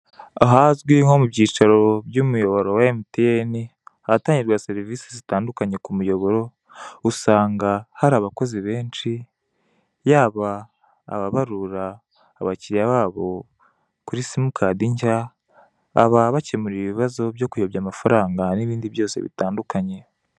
Ahazwi nko mu byicaro by'umuyoboro wa emutiyeni, ahatangirwa serivise zitandukanye ku muyoboro, usanga hari abakozi benshi, yaba ababarura abakiriya babo kuri simu kadi nshya, ababakemurira ibibazo byo kuyobya amafaranga, n'ibindi byose bitandukanye.